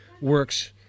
works